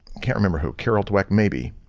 can't remember who, carol dweck maybe,